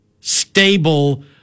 stable